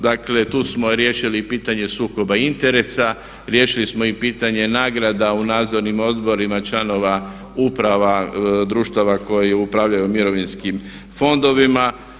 Dakle, tu smo riješili i pitanje sukoba interesa, riješili smo i pitanje nagrada u nadzornim odborima članova uprava društava koji upravljaju mirovinskim fondovima.